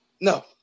No